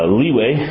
leeway